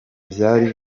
vyari